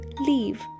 leave